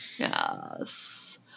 yes